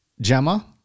Gemma